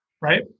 right